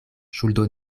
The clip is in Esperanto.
ŝuldo